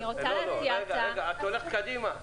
רגע, את הולכת קדימה.